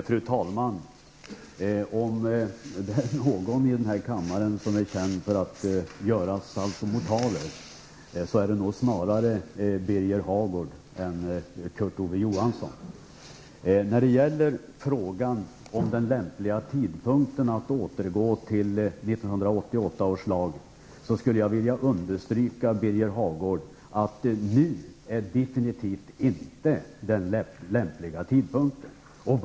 Fru talman! Om det är någon här i kammaren som är känd för att göra saltomortaler är det nog snarare Den lämpliga tidpunkten att återgå till att tillämpa 1988 års lag är, skulle jag vilja understryka, definitivt inte nu, Birger Hagård.